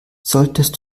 solltest